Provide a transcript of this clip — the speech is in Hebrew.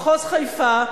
מחוז חיפה,